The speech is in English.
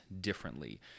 differently